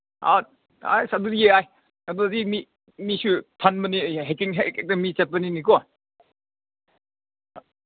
ꯑꯩꯁ ꯑꯗꯨꯗꯤ ꯌꯥꯏ ꯑꯗꯨꯗꯤ ꯃꯤ ꯃꯤꯁꯨ ꯊꯟꯕꯅꯤ ꯍꯥꯏꯀꯤꯡꯁꯦ ꯍꯦꯛ ꯍꯦꯛꯇ ꯃꯤ ꯆꯠꯄꯅꯤꯅꯦ ꯀꯣ